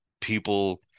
people